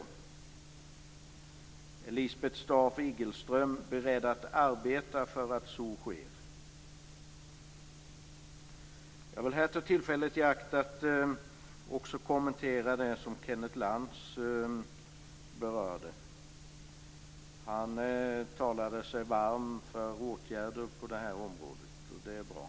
Är Lisbeth Staaf-Igelström beredd att arbeta för att så sker? Jag vill här ta tillfället i akt att också kommentera det som Kenneth Lantz berörde. Han talade sig varm för åtgärder på det här området, och det är bra.